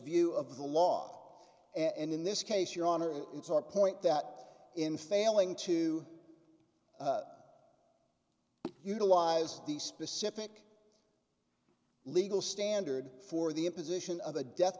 view of the law and in this case your honor it's our point that in failing to utilize the specific legal standard for the imposition of the death